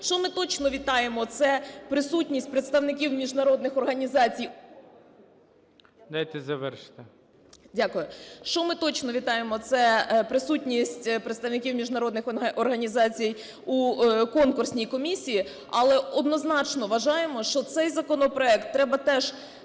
Що ми точно вітаємо – це присутність представників міжнародних організацій у конкурсній комісії, але однозначно вважаємо, що цей законопроект треба теж суттєво